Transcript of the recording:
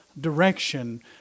direction